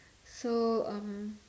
so um